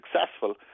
successful